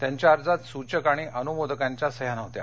त्यांच्या अर्जात सूचक आणि अनुमोदकांच्या सह्या नव्हत्या